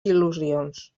il·lusions